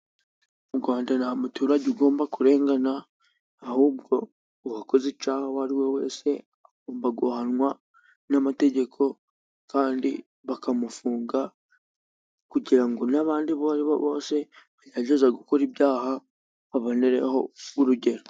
Mu Rwanda nta muturage ugomba kurengana, ahubwo uwakoze icyaha uwo ari we wese agomba guhanwa n'amategeko, kandi bakamufunga kugira ngo n'abandi abo ari bo bose bagerageza gukora ibyaha babonereho urugero.